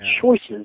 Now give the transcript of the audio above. choices